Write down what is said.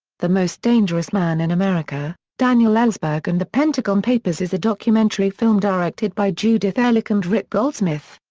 the most dangerous man in america daniel ellsberg and the pentagon papers is a documentary film directed by judith ehrlich and rick goldsmith.